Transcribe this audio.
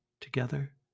Together